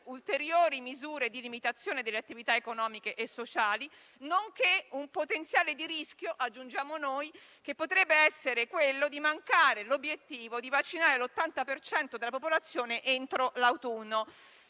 ulteriori misure di limitazione delle attività economiche e sociali, nonché un potenziale di rischio - aggiungiamo noi - che potrebbe essere quello di mancare l'obiettivo di vaccinare l'80 per cento della popolazione entro l'autunno.